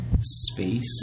space